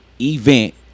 event